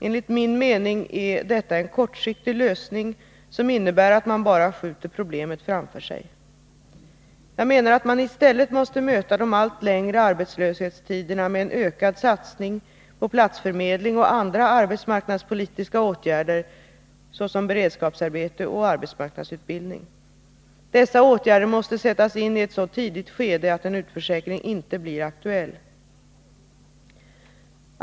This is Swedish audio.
Enligt min mening är detta en kortsiktig lösning, som innebär att man bara skjuter problemet framför sig. Jag menar att man i stället måste möta de allt längre arbetslöshetstiderna med en ökad satsning på platsförmedling och andra arbetsmarknadspolitiska åtgärder, såsom beredskapsarbete och arbetsmark att förhindra en ökad utförsäkring från arbetslöshetskassorna nadsutbildning. Dessa åtgärder måste sättas in i ett så tidigt skede att en utförsäkring inte blir aktuell.